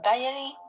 Diary